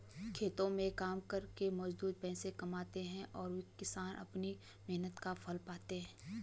खेतों में काम करके मजदूर पैसे कमाते हैं और किसान अपनी मेहनत का फल पाता है